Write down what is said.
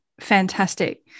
fantastic